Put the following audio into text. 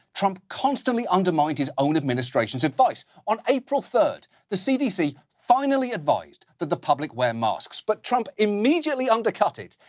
trump constantly undermined his own administration's advice. on april third, the cdc finally advised that the public wear masks. but trump immediately undercut it,